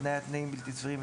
התניית תנאים בלתי סבירים,